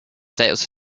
that